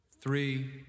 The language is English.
three